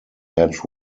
had